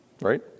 Right